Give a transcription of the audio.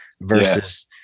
versus